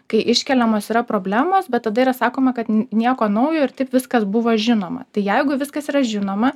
kai iškeliamos yra problemos bet tada yra sakoma kad nieko naujo ir taip viskas buvo žinoma tai jeigu viskas yra žinoma